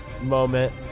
moment